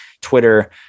twitter